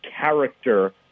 character